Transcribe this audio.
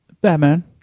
Batman